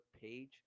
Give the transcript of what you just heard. page